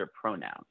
pronouns